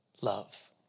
Love